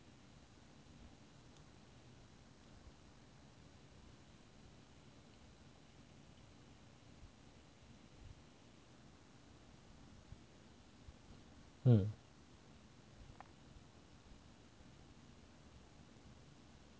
嗯